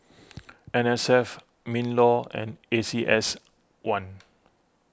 N S F MinLaw and A C S one